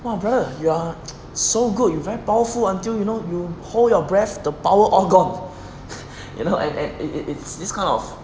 !wah! brother you are so good you very powerful until you know you hold your breath the power all gone you know and and and it's it's this kind of